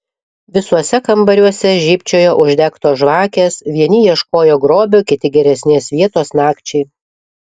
visuose kambariuose žybčiojo uždegtos žvakės vieni ieškojo grobio kiti geresnės vietos nakčiai